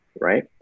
right